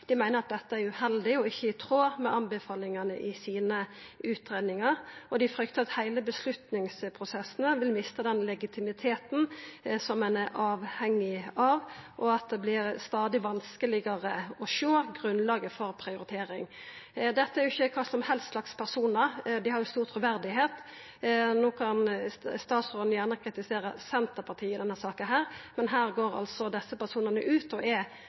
Dei meiner at utviklinga går i feil retning, at ein ser meir hemmeleghald no enn før, og at dette er uheldig og ikkje i tråd med anbefalingane i utgreiingane deira. Dei fryktar at heile avgjerdsprosessen vil mista legitimiteten som ein er avhengig av, og at det vert stadig vanskelegare å sjå grunnlaget for prioritering. Dette er ikkje kva som helst slags personar, dei har stort truverde. No kan statsråden gjerne kritisera Senterpartiet i denne saka, men her går desse personane ut og er